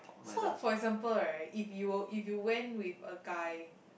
so for example right if you would if you went with a guy